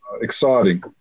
exciting